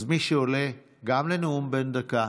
אז מי שעולה, גם לנאום בן דקה,